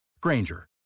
Granger